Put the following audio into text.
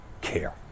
care